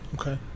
Okay